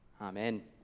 Amen